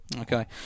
Okay